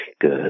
Good